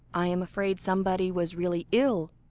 i am afraid somebody was really ill?